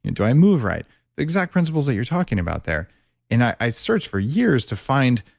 and do i move right? the exact principles that you're talking about there and i i searched for years to find,